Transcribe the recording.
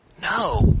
No